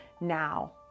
now